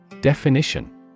Definition